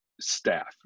staff